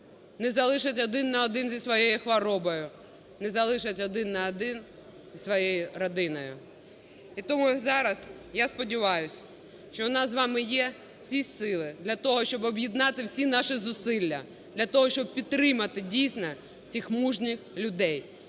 не залишать один на один зі своєю хворобою, не залишать один на один зі своєю родиною. І тому зараз, я сподіваюся, що у нас з вами є всі сили для того, щоб об'єднати всі наші зусилля, для того, щоб підтримати, дійсно, цих мужніх людей.